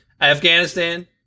Afghanistan